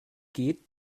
geht